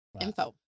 Info